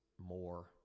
more